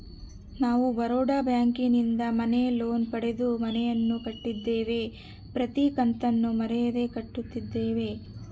ನಾವು ಬರೋಡ ಬ್ಯಾಂಕಿನಿಂದ ಮನೆ ಲೋನ್ ಪಡೆದು ಮನೆಯನ್ನು ಕಟ್ಟಿದ್ದೇವೆ, ಪ್ರತಿ ಕತ್ತನ್ನು ಮರೆಯದೆ ಕಟ್ಟುತ್ತಿದ್ದೇವೆ